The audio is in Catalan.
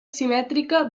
simètrica